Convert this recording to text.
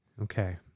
Okay